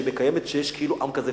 שיש כאילו עם כזה,